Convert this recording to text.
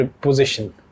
position